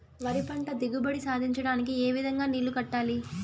వరి పంట దిగుబడి సాధించడానికి, ఏ విధంగా నీళ్లు కట్టాలి?